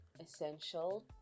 essential